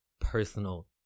personal